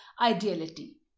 ideality